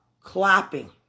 clapping